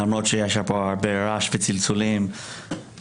למרות שיש כאן הרבה רעש וצלצולים אבל